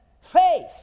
Faith